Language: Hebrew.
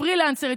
היא פרילנסרית,